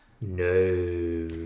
No